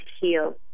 heal